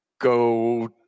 Go